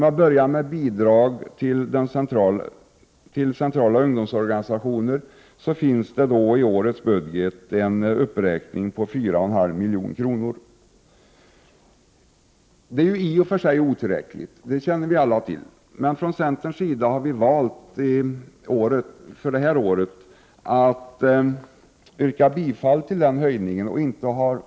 Jag börjar med bidrag till centrala ungdomsorganisationer. I årets budget finns en uppräkning av dessa på 4,5 milj.kr. Det är i och för sig otillräckligt, det känner vi alla till, men från centerns sida har vi valt att detta år begära den höjningen.